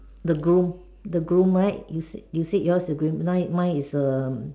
the groom the groom right you said you said yours is green mine mine is um